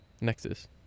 Nexus